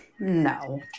No